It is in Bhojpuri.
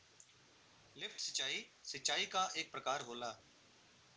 लिफ्ट सिंचाई, सिंचाई क एक प्रकार होला